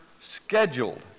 scheduled